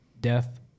Death